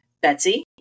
Betsy